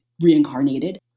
reincarnated